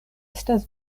estas